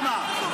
למה זה חשוב?